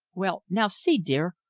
well now, see, dear.